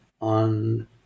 on